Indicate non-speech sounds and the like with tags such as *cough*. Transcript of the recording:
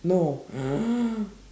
no *noise*